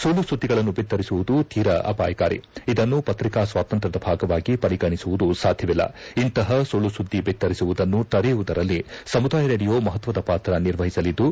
ಸುಳ್ಳು ಸುದ್ದಿಗಳನ್ನು ಬಿತ್ತರಿಸುವುದು ತೀರ ಅಪಾಯಕಾರಿ ಇದನ್ನು ಪತ್ರಿಕಾ ಸ್ವಾತಂತ್ರ್ಯದ ಭಾಗವಾಗಿ ಪರಿಗಣಿಸುವುದು ಸಾಧ್ಯವಿಲ್ಲ ಇಂತಹ ಸುಳ್ಳು ಸುದ್ದಿ ಬಿತ್ತರಿಸುವುದನ್ನು ತಡೆಯುವುದರಲ್ಲಿ ಸಮುದಾಯ ರೇಡಿಯೋ ಮಹತ್ವದ ಪಾತ್ರ ನಿರ್ವಹಿಸಲಿದ್ದು